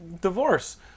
divorce